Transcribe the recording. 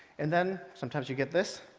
and then sometimes you get this.